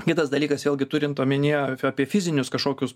kitas dalykas vėlgi turint omenyje apie fizinius kažkokius